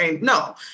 No